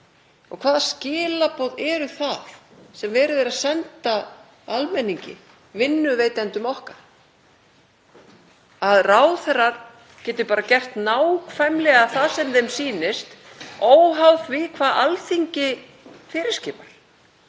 Hvaða skilaboð eru það sem verið er að senda almenningi, vinnuveitendum okkar, að ráðherrar geti bara gert nákvæmlega það sem þeim sýnist óháð því hvað Alþingi fyrirskipar,